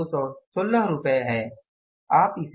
यह 216 रुपए है